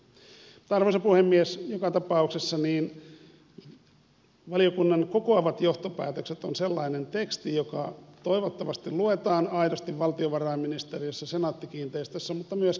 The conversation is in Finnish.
mutta arvoisa puhemies joka tapauksessa valiokunnan kokoavat johtopäätökset on sellainen teksti joka toivottavasti luetaan aidosti valtiovarainministeriössä ja senaatti kiinteistöissä mutta myöskin muualla